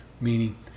meaning